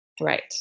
Right